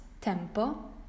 ¿Tempo